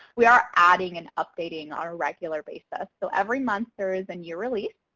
we are adding and updating on a regular basis. so every month there is a new release.